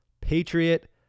Patriot